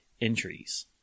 entries